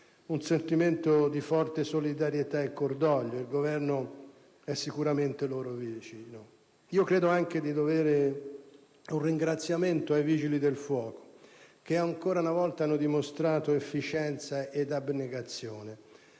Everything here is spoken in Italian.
un sentimento di forte solidarietà e cordoglio: il Governo è a loro vicino. Credo, inoltre, di dovere un ringraziamento ai Vigili del fuoco che, ancora una volta, hanno dimostrato efficienza ed abnegazione.